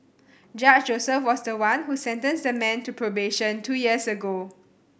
Judge Joseph was the one who sentenced the man to probation two years ago